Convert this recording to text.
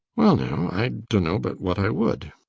i dunno but what i would,